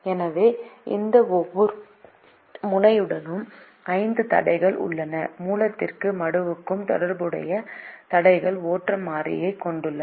எனவே இந்த ஒவ்வொரு முனையுடனும் ஐந்து தடைகள் உள்ளன மூலத்திற்கும் மடுவுக்கும் தொடர்புடைய தடைகள் ஓட்டம் மாறியைக் கொண்டுள்ளன